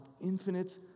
infinite